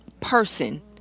person